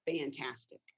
fantastic